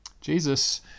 Jesus